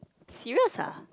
serious ah